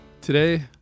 Today